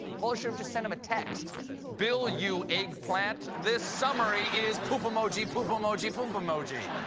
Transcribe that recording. mueller should have just sent him a text bill, u eggplant. this summary is poop emoji, poop emoji, poop emoji.